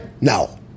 No